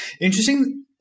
Interesting